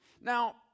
Now